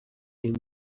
into